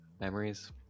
memories